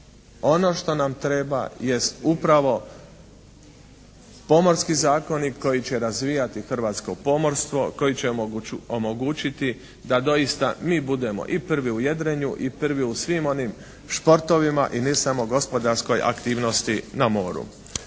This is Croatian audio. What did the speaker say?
ono što nam treba jest upravo pomorski zakonik koji će razvijati hrvatsko pomorstvo, koji će omogućiti da doista mi budemo i prvi u jedrenju i prvi u svim onim športovima i ne samo u gospodarskoj aktivnosti na moru.